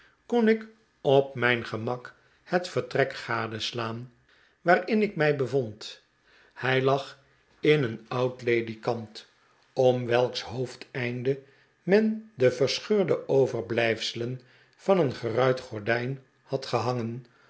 kon ik op mijn gemak het vertrek gadeslaan waar in ik mij bevond hij lag in een oud ledikant om welks hoofdeinde men de verscheurde overblijfselen van een geruit gordijn had gehangen